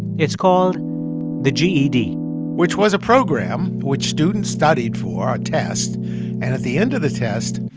it's called the ged which was a program which students studied for, a test. and at the end of the test,